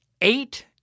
eight